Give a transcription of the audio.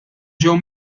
ġew